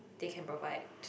they can provide